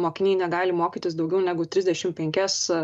mokiniai negali mokytis daugiau negu trisdešim penkias